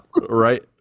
right